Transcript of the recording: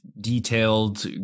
detailed